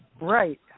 Right